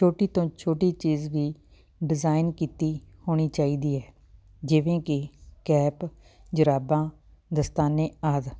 ਛੋਟੀ ਤੋਂ ਛੋਟੀ ਚੀਜ਼ ਵੀ ਡਿਜ਼ਾਇਨ ਕੀਤੀ ਹੋਣੀ ਚਾਹੀਦੀ ਹੈ ਜਿਵੇਂ ਕਿ ਕੈਪ ਜਰਾਬਾਂ ਦਸਤਾਨੇ ਆਦਿ